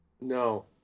no